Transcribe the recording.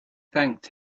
thanked